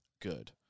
good